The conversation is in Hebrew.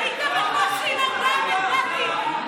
הייתם בקושי עם ארבעה מנדטים.